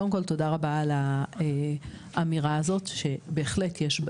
קודם כל, תודה רבה על האמירה הזאת, שבהחלט יש,